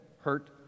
hurt